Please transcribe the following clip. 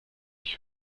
ich